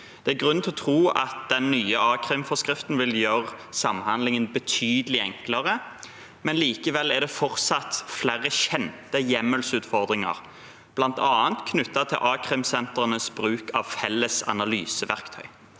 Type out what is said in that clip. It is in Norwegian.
Det er grunn til å tro at den nye a-krimforskriften vil gjøre samhandlingen betydelig enklere, men likevel er det fortsatt flere kjente hjemmelsutfordringer, bl.a. knyttet til a-krimsentrenes bruk av felles analyseverktøy.